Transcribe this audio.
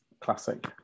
Classic